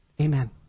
Amen